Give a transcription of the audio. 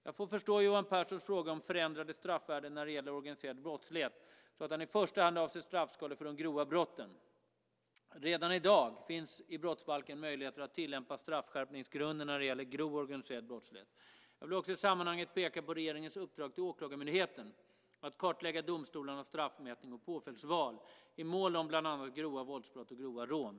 Jag får förstå Johan Perssons fråga om "förändrade straffvärden när det gäller organiserad brottslighet" så att han i första hand avser straffskalor för de grova brotten. Redan i dag finns i brottsbalken möjligheter att tillämpa straffskärpningsgrunder när det gäller grov organiserad brottslighet. Jag vill också i sammanhanget peka på regeringens uppdrag till Åklagarmyndigheten att kartlägga domstolarnas straffmätning och påföljdsval i mål om bland annat grova våldsbrott och grova rån.